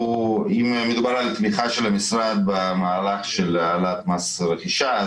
אם מדובר על תמיכה של המשרד למהלך של העלאת מס הרכישה,